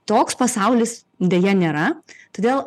toks pasaulis deja nėra todėl